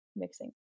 mixing